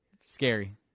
Scary